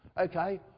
Okay